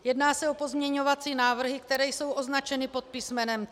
Jedná se o pozměňovací návrhy, které jsou označeny pod písmenem C.